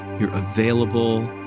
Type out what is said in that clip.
you're available,